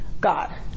God